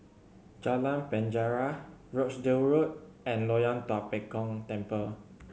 Jalan Penjara Rochdale Road and Loyang Tua Pek Kong Temple